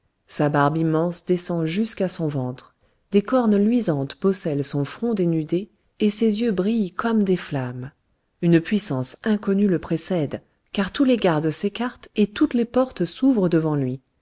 sa barbe immense descend jusqu'à son ventre des cornes luisantes bossellent son front dénudé et ses yeux brillent comme des flammes une puissance inconnue le précède car tous les gardes s'écartent et toutes les portes s'ouvrent devant lui